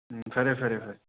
ꯎꯝ ꯐꯔꯦ ꯐꯔꯦ ꯐꯔꯦ